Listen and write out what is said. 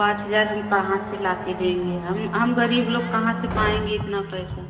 पाच हजार हम कहाँ से लाकर देंगे हम हम गरीब लोग कहाँ से पाएँगे इतना पैसा